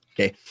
okay